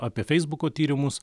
apie feisbuko tyrimus